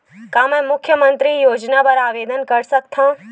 का मैं मुख्यमंतरी योजना बर आवेदन कर सकथव?